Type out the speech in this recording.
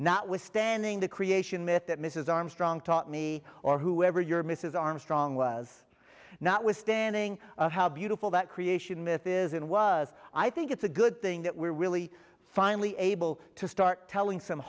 notwithstanding the creation myth that mrs armstrong taught me or whoever your mrs armstrong was not withstanding how beautiful that creation myth is in was i think it's a good thing that we're really finally able to start telling some